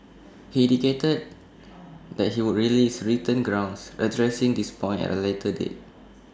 he indicated that he would release written grounds addressing this point at A later date